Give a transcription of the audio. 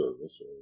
service